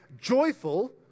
joyful